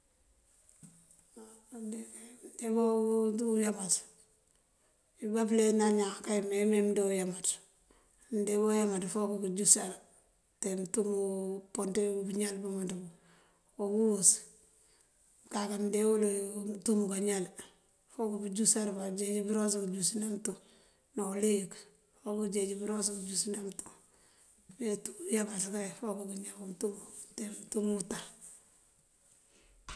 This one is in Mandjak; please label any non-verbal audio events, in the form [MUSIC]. [UNINTELLIGIBLE] áa ndeembá utúr uyámaţ, këëmbá pëlena iñaan kay nëëme ná mëënde uyámaţ. Mëënde uyámaţ, fok këënjúsar. Këënte muntúmú pëënţí pëëñáal pëëmëënţ pun. Uwus mëënkaka deewul, mëënrum káñáal. fok këënjúsar ba, këënjeej bëëros këënjúsëná mëëntum. Ná uliyëk, fok këënjeej bëëros këënjúsëná mëëntum. Abetu uyámaţ kay fok këëñáw mëëntum, këënte mëëntum wëtan.